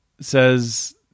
says